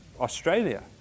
Australia